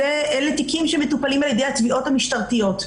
אלה תיקים שמטופלים על-ידי התביעות המשטרתיות.